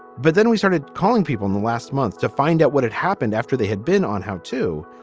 but then we started calling people in the last month to find out what had happened after they had been on how to.